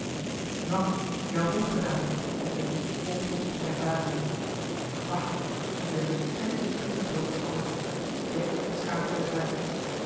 nat jou hond gedaan zei jacky vol trots op zijne ervarenheid bah riep willem en liet het vieze blad vallen jacky schaterde het uit